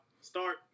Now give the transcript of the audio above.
start